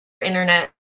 internet